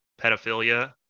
pedophilia